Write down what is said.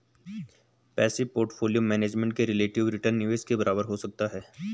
passive portfolio management में relative return निवेश के बराबर हो सकता है